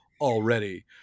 already